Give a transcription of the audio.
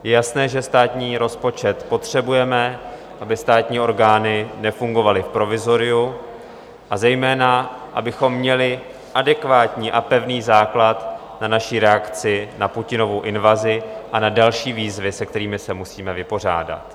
Je jasné, že státní rozpočet potřebujeme, aby státní orgány nefungovaly v provizoriu, a zejména abychom měli adekvátní a pevný základ na naši reakci na Putinovu invazi a na další výzvy, se kterými se musíme vypořádat.